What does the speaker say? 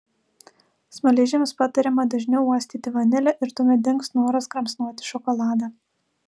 smaližiams patariama dažniau uostyti vanilę ir tuomet dings noras kramsnoti šokoladą